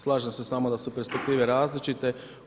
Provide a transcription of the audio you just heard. Slažem se s vama da su perspektive različite.